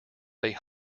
they